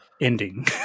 Ending